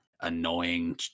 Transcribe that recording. annoying